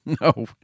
No